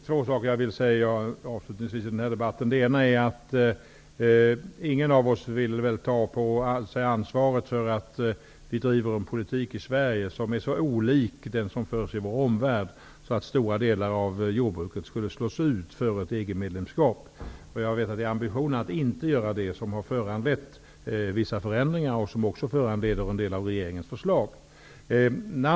Herr talman! Jag vill säga två saker. Det ena är att ingen av oss vill väl ta på sig ansvaret för att vi i Sverige driver en politik som är så olik den politik som förs i vår omvärld att stora delar av vårt jordbruk slås ut före ett EG-medlemskap. Jag vet att det är ambitionen att inte föra en sådan politik som har föranlett vissa förändringar och som också föranleder en del av regeringens förslag.